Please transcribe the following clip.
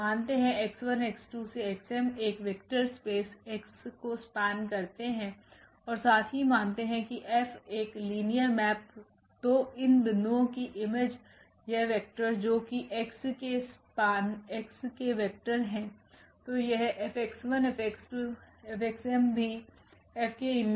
मानते है 𝑥1𝑥2 𝑥𝑚 एक वेक्टर स्पेस X को स्पेन करते हैऔर साथ ही मानते है की 𝐹एक लिनियर मेप तो इन बिन्दुओं की इमेज यह वेक्टर जो की X केस्पेन x के वेक्टर है तो यह𝐹𝐹𝑥2𝑥𝑚 भी F के इमेज को स्पेन करेगे